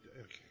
Okay